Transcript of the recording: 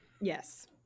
yes